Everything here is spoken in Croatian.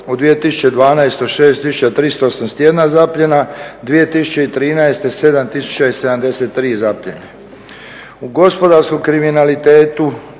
U 2012. 6381 zapljena, 2013. 7073 zaplijene.